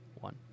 one